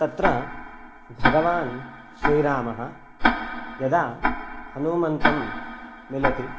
तत्र भगवान् श्रीरामः यदा हनुमन्तं मिलति